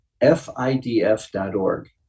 FIDF.org